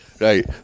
Right